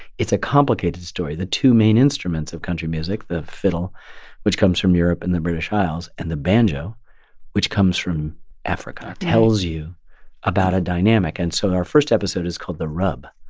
it's a complicated story. the two main instruments of country music, the fiddle which comes from europe and the british isles and the banjo which comes from africa tells you about a dynamic. and so our first episode is called the rub.